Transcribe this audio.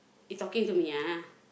he talking to me ah